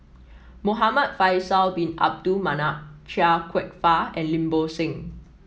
Muhamad Faisal Bin Abdul Manap Chia Kwek Fah and Lim Bo Seng